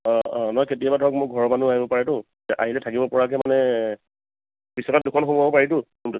অঁ অঁ নহয় কেতিয়াবা ধৰক মোৰ ঘৰৰ মানুহ আহিব পাৰেতো আহিলে থাকিব পৰাকে মানে বিচনা দুখন সুমুৱাব পাৰিতো ৰুমটোত